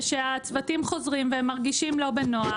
הצוותים חוזרים והם מרגישים לא בנוח,